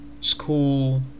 school